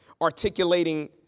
articulating